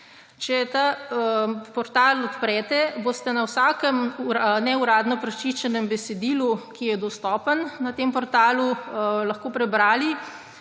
Če ta portal odprete, boste na vsakem neuradno prečiščenem besedilu, ki je dostopno na tem portalu, lahko prebrali,